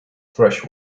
fresh